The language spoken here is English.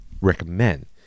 recommend